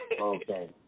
Okay